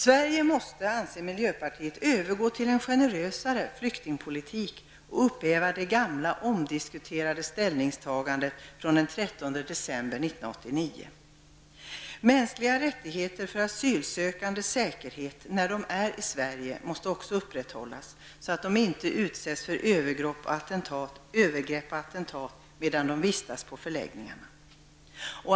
Sverige måste, anser miljöpartiet, övergå till en mer generös flyktingpolitik och upphäva det gamla, omdiskuterade ställningstagandet från den 13 december 1989. Mänskliga rättigheter för asylsökandes säkerhet när de är i Sverige måste också upprätthållas, så att de inte utsätts för övergrepp eller attentat medan de vistas på förläggningarna.